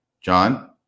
John